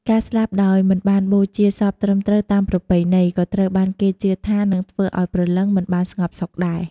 ការស្លាប់ដោយមិនបានបូជាសពត្រឹមត្រូវតាមប្រពៃណី ក៏ត្រូវបានគេជឿថានឹងធ្វើឲ្យព្រលឹងមិនបានស្ងប់សុខដែរ។